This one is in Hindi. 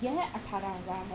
यह 18000 है